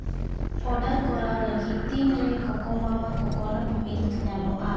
order ᱠᱚᱨᱟᱣ ᱞᱟᱹᱜᱤᱫ ᱛᱤᱱ ᱨᱮ ᱠᱚᱠᱳᱢᱟᱢᱟ ᱠᱚᱠᱳᱱᱟᱱᱴ ᱢᱤᱞᱠ ᱧᱟᱢᱚᱜᱼᱟ